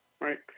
right